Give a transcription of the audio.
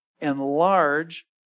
enlarge